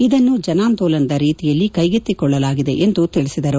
ಇದನ್ನು ಜನಾಂದೋಲನದ ರೀತಿಯಲ್ಲಿ ಕೈಗೆತ್ತಿಕೊಳ್ಳಲಾಗಿದೆ ಎಂದು ಅವರು ತಿಳಿಸಿದರು